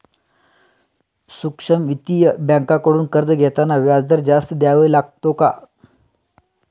सूक्ष्म वित्तीय बँकांकडून कर्ज घेताना व्याजदर जास्त द्यावा लागतो का?